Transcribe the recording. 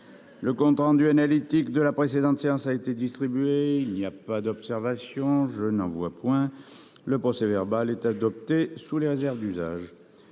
Le compte rendu analytique de la précédente séance a été distribué. Il n'y a pas d'observation ?... Le procès-verbal est adopté sous les réserves d'usage.